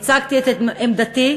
הצגתי את עמדתי: